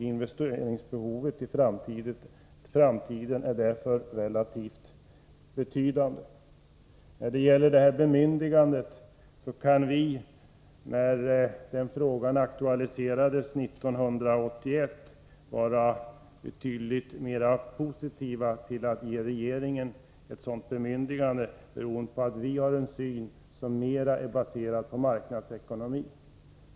Investeringsbehovet för framtiden är därför relativt betydande. När det gäller bemyndigandet — frågan aktualiserades 1981 — kan vi vara betydligt mera positiva till att ge regeringen ett sådant, beroende på att vi har en syn som mera är baserad på marknadsekonomi.